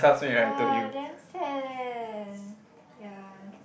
!wah! damn sad eh ya